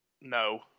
No